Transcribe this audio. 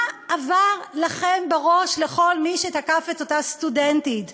מה עבר לכם בראש, לכל מי שתקף את אותה סטודנטית?